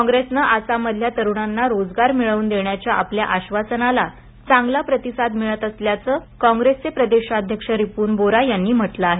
काँग्रेसनं आसाममधल्या तरुणांना रोजगार मिळवून देण्याच्या आपल्या आश्वासनाला चांगला प्रतिसाद मिळत असल्याचं काँग्रेसचे प्रदेशाध्यक्ष रिपून बोरा यांनी म्हटलं आहे